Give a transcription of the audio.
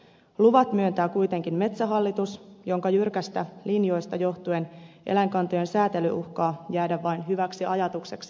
luvat myöntää kuitenkin metsähallitus jonka jyrkistä linjoista johtuen eläinkantojen säätely uhkaa jäädä vain hyväksi ajatukseksi